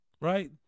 right